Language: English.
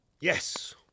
Yes